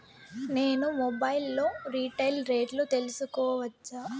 నేను మొబైల్ లో రీటైల్ రేట్లు తెలుసుకోవచ్చా?